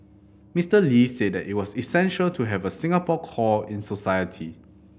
Mister Lee said it was essential to have a Singapore core in society